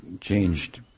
changed